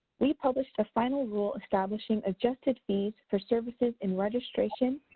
we published a final rule establishing adjusted fees for services in registration,